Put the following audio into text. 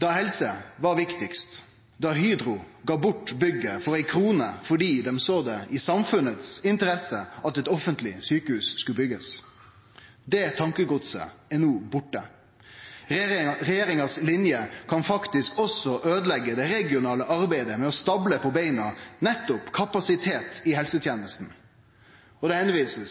da helse var viktigast, da Hydro gav bort bygget for ei krone fordi dei såg det i samfunnets interesse at eit offentleg sjukehus skulle bli bygd. Det tankegodset er no borte. Regjeringas linje kan faktisk også øydeleggje det regionale arbeidet med å stable på beina nettopp kapasitet i helsetenesta, og det